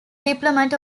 diplomat